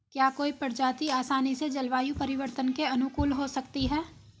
क्या कोई प्रजाति आसानी से जलवायु परिवर्तन के अनुकूल हो सकती है?